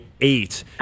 eight